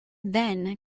then